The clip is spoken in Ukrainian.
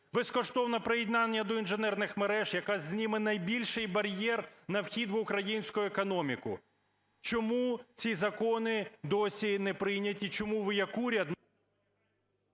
безкоштовне приєднання до інженерних мереж, яке зніме найбільший бар'єр на вхід в українську економіку. Чому ці закони досі не прийняті? Чому ви як уряд… Веде